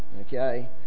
Okay